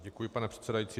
Děkuji, pane předsedající.